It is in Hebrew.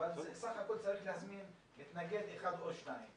הכול צריך להזמין מתנגד אחד או שניים,